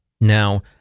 Now